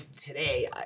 Today